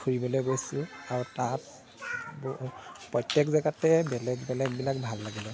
ফুৰিবলৈ গৈছোঁ আৰু তাত প্ৰত্যেক জেগাতে বেলেগ বেলেগবিলাক ভাল লাগিলে